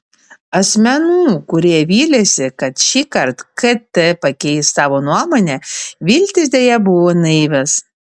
asmenų kurie vylėsi kad šįkart kt pakeis savo nuomonę viltys deja buvo naivios